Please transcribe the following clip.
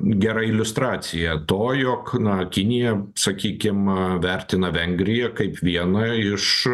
gera iliustracija to jog na kinija sakykim vertina vengriją kaip vieną iš